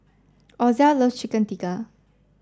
Ozell loves Chicken Tikka